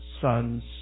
sons